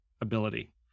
ability